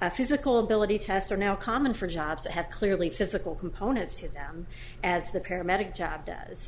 a physical ability tests are now common for jobs that have clearly physical components to them as the paramedic job does